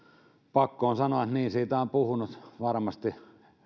pakko on sanoa että niin siitä ovat puhuneet varmasti